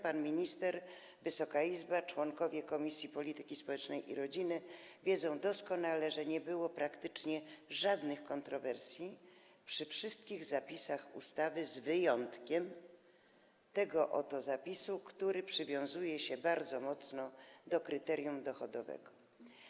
Pan minister, Wysoka Izba, członkowie Komisji Polityki Społecznej i Rodziny wiedzą doskonale, że nie było praktycznie żadnych kontrowersji przy żadnym z zapisów ustawy, z wyjątkiem tego oto zapisu, który wiąże się bardzo mocno z kryterium dochodowym.